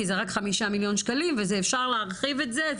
כי זה רק חמישה מיליון שקלים ואפשר להרחיב את זה,